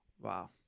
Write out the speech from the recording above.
Wow